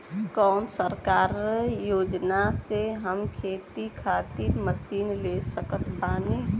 कौन सरकारी योजना से हम खेती खातिर मशीन ले सकत बानी?